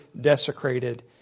desecrated